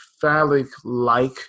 phallic-like